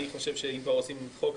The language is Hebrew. אני חושב שאם כבר עושים חוק,